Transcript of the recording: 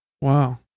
Wow